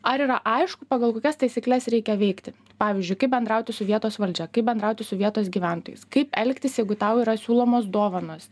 ar yra aišku pagal kokias taisykles reikia veikti pavyzdžiui kaip bendrauti su vietos valdžia kaip bendrauti su vietos gyventojais kaip elgtis jeigu tau yra siūlomos dovanos